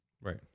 Right